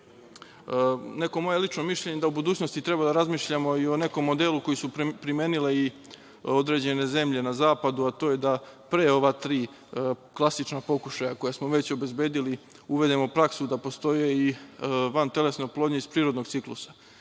moje lično mišljenje, da u budućnosti treba da razmišljamo i o nekom modelu koje su primenile i određene zemlje na zapadu, a to je da pre ova tri klasična pokušaja koje smo već obezbedili uvedemo praksu da postoje i vantelesne oplodnje iz prirodnog ciklusa.